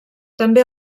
també